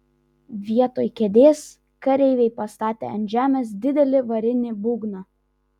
vietoj kėdės kareiviai pastatė ant žemės didelį varinį būgną